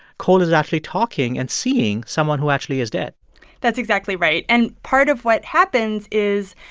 cole is actually talking and seeing someone who actually is dead that's exactly right. and part of what happens is,